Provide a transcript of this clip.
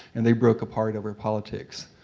and they broke apart over politics.